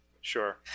Sure